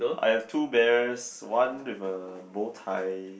I have two bears one with a bowtie